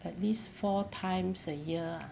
at least four times a year